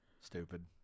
Stupid